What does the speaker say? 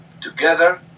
together